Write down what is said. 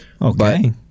Okay